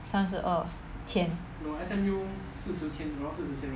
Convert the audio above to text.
三十二千